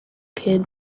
kid